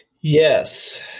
Yes